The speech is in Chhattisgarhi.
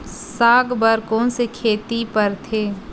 साग बर कोन से खेती परथे?